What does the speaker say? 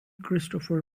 christopher